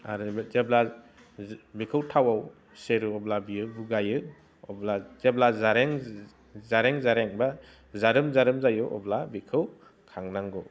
आरो बे जेब्ला जु बेखौ थावआव सेरोब्ला बियो बुगायो अब्ला जेब्ला जारें जा जारें जारें बा जारोम जारोम जायो अब्ला बिखौ थांनांगौ